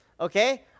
okay